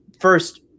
first